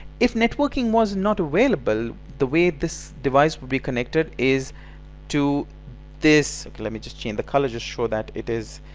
if networking was not available the way this device would be connected is to this. let me just change the colour to show that it is.